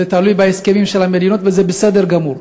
זה תלוי בהסכמים של המדינות וזה בסדר גמור.